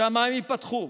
השמיים ייפתחו